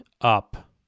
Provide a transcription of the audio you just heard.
up